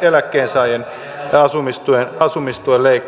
eläkkeensaajien asumistuen leikkaus